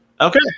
okay